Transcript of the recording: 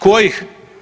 Kojih?